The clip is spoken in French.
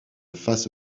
face